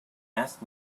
asked